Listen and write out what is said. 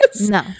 No